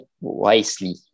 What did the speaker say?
wisely